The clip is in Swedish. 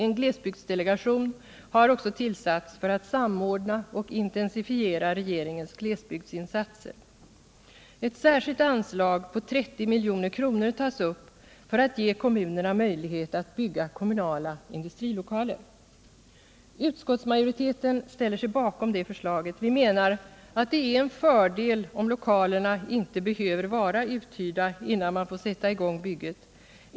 En glesbygdsdelegation har också tillsatts för att samordna och intensifiera regeringens glesbygdsinsatser. Ett särskilt anslag på 30 milj.kr. tas upp för att ge kommunerna möjlighet att bygga kommunala industrilokaler. Utskottsmajoriteten ställer sig bakom det förslaget. Vi menar att det är en fördel om lokalerna inte behöver vara uthyrda innan man får sätta i gång bygget.